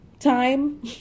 Time